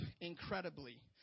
Incredibly